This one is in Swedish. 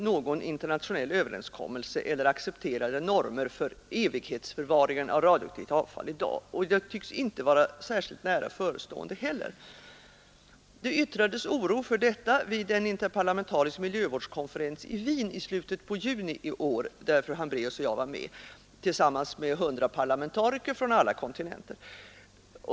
Någon internationell överenskommelse eller accepterade normer för evighetsförvaringen av radioaktivt avfall existerar alltså inte i dag och tycks inte vara nära förestående heller. Det uttalades oro för detta vid en interparlamentarisk miljövårdskonferens i Wien i slutet på juni i år, där fru Hambraeus och jag var med tillsammans med hundra parlamentariker från alla kontinenter.